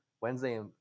Wednesday